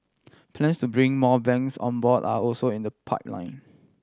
plans to bring more banks on board are also in the pipeline